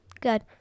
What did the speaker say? Good